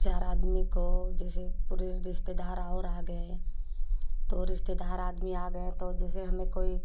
चार आदमी को जैसे पूरे रिश्तेदार और आ गए हैं तो रिश्तेदार आदमी आ गए तो जैसे हमें कोई